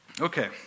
Okay